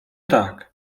tak